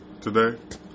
today